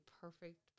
perfect